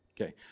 Okay